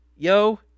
Yo